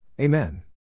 Amen